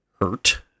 hurt